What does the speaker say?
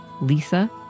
Lisa